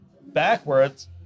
backwards